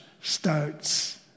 starts